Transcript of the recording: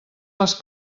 les